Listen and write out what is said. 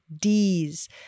Ds